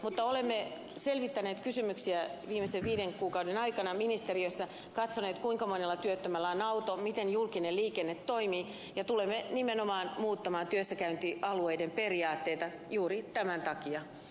mutta olemme selvittäneet kysymyksiä viimeisten viiden kuukauden aikana ministeriössä katsoneet kuinka monella työttömällä on auto miten julkinen liikenne toimii ja tulemme nimenomaan muuttamaan työssäkäyntialueiden periaatteita juuri tämän takia